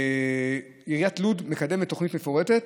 עיריית לוד מקדמת תוכנית מפורטת,